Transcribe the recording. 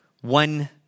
one